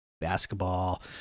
basketball